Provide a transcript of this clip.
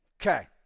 Okay